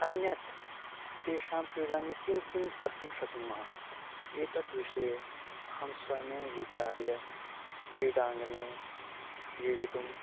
अन्यत् तेषां क्रीडाङ्गने किं किं कर्तुं शक्नुमः एतत् वषये अहं स्वयमेव विचार्य क्रीडाङ्गने क्रीडितुं